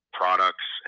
products